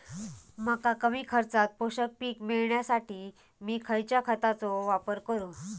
मका कमी खर्चात पोषक पीक मिळण्यासाठी मी खैयच्या खतांचो वापर करू?